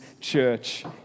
church